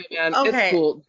Okay